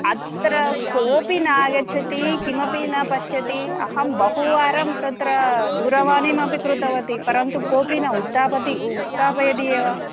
अत्र कोपि नागच्छति किमपि न पश्यति अहं बहुवारं तत्र दूरवाणीमपि कृतवती परन्तु कोपि न उत्तापयति उत्तापयति एव